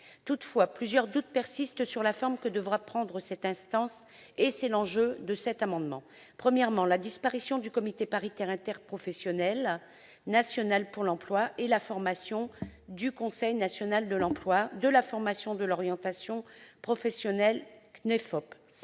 Toutefois, plusieurs doutes persistent sur la forme que devra prendre cette instance. Premièrement, la disparition du Comité paritaire interprofessionnel national pour l'emploi et la formation, du Conseil national de l'emploi, de la formation et de l'orientation professionnelles